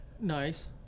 nice